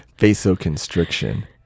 Vasoconstriction